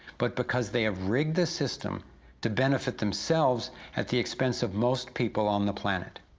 but because they have rigged the system to benefit themselves at the expense of most people on the planet.